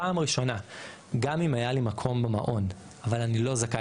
פעם ראשונה גם אם היה לי מקום במעון אבל אני לא זכאי